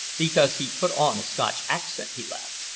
because he put on a scotch accent, he laughed.